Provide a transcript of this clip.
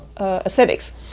aesthetics